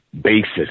basis